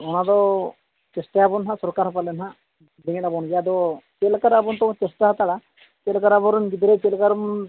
ᱚᱱᱟᱫᱚ ᱪᱮᱥᱴᱟᱭᱟᱵᱚᱱ ᱦᱟᱸᱜ ᱥᱚᱨᱠᱟᱨ ᱯᱟᱞᱮᱱ ᱦᱟᱸᱜ ᱟᱫᱚ ᱪᱮᱫ ᱞᱮᱠᱟᱨᱮ ᱟᱵᱚ ᱛᱮᱵᱚᱱ ᱪᱮᱥᱴᱟ ᱦᱟᱛᱟᱲᱟ ᱪᱮᱫ ᱞᱮᱠᱟᱨᱮ ᱟᱵᱚᱨᱮᱱ ᱜᱤᱫᱽᱨᱟᱹ ᱪᱮᱫ ᱞᱮᱠᱟᱨᱮ ᱵᱚᱱ